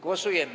Głosujemy.